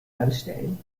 anstellen